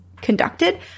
conducted